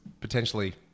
potentially